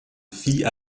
vieh